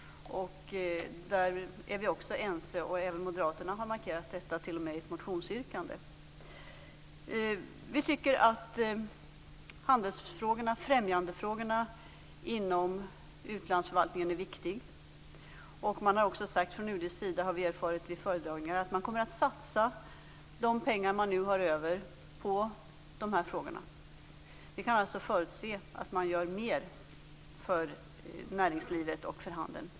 Om detta är vi också ense. Även Moderaterna har markerat detta, t.o.m. i ett motionsyrkande. Vi tycker att handelsfrågorna, främjandefrågorna, inom utrikesförvaltningen är viktig. Vid föredragningar har man från UD:s sida sagt att man kommer att satsa de pengar som man nu har över på dessa frågor. Vi kan alltså förutse att man gör mer för näringslivet och för handeln.